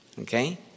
okay